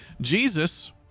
Jesus